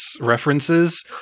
references